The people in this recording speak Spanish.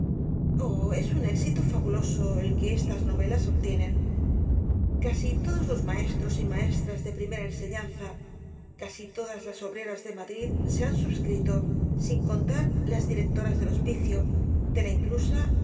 es un éxito fabuloso el que estas novelas obtienen casi todos los maestros y maestras de primera enseñanza casi todas las obreras de madrid se han subscripto sin contar las directoras del hospicio de la inclusa